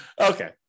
Okay